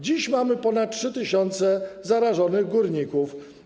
Dziś mamy ponad 3 tys. zarażonych górników.